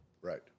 Right